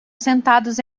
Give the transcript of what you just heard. sentados